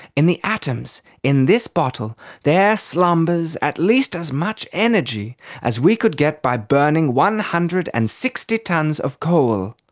in the atoms in this bottle, there slumbers at least as much energy as we could get by burning one hundred and sixty tons of coal.